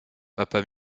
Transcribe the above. papa